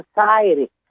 society